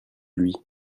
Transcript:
lui